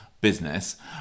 business